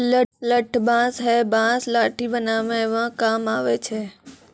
लठ बांस हैय बांस लाठी बनावै म काम आबै छै